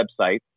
website